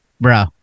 Bro